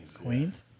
Queens